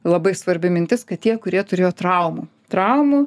labai svarbi mintis kad tie kurie turėjo traumų traumų